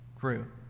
Grew